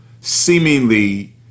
seemingly